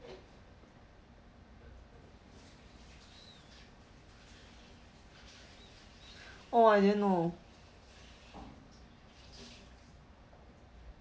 oh I didn't know